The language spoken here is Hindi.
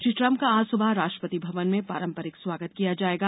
श्री ट्रम्प का आज सुबह राष्ट्रपति भवन में पारंपरिक स्वागत किया जाएगा